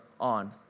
on